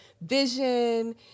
vision